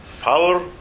power